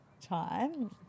time